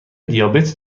دیابت